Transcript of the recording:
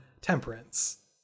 temperance